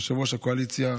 יושב-ראש הקואליציה,